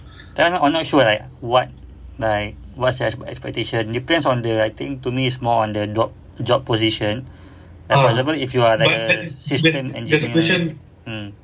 I'm not sure like what like what's your expectation depends on the I think to me is the job job position like example if you are like a assistant engineer